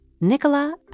Nicola